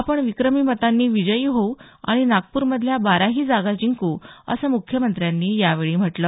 आपण विक्रमी मतांनी विजयी होऊ आणि नागपूरमधील बाराही जागा जिंकू असंही मुख्यमंत्र्यांनी यावेळी म्हटलं